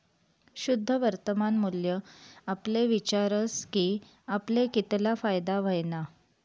शुद्ध वर्तमान मूल्य आपले विचारस की आपले कितला फायदा व्हयना